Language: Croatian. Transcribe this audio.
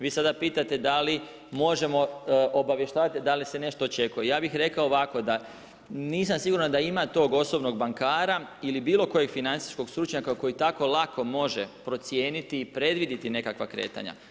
Vi sada pitate da li možemo obavještavati da li se nešto očekuje, ja bih rekao ovako da nisam siguran da ima tog osobnog bankara ili bilo kojeg financijskog stručnjaka koji tako lako može procijeniti i predvidjeti nekakva kretanja.